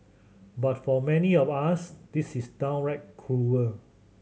but for many of us this is downright cruel